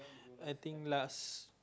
I think last